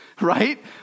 right